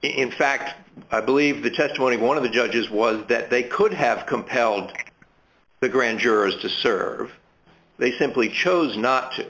in fact i believe the twenty one of the judges was that they could have compelled the grand jurors to serve they simply chose not to